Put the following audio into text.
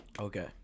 Okay